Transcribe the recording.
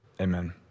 amen